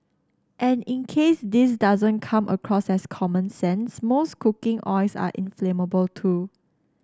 and in case this doesn't come across as common sense most cooking oils are inflammable too